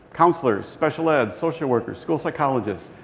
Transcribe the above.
counselors, special ed, social workers, school psychologists,